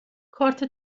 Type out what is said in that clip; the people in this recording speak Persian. کارت